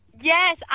Yes